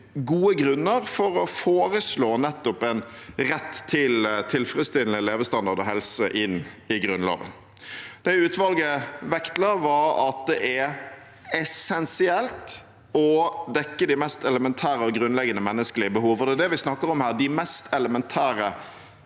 gode grunner for å foreslå nettopp en rett til tilfredsstillende levestandard og helse inn i Grunnloven. Det utvalget vektla, var at det er essensielt å dekke de mest elementære og grunnleggende menneskelig behov, for det er det vi snakker om her: de mest elementære